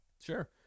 Sure